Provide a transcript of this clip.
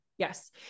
Yes